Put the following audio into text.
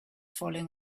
falling